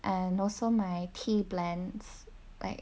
and also my tea blends like